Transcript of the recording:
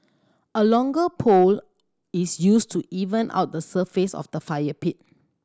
a longer pole is used to even out the surface of the fire pit